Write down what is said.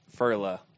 Furla